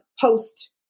post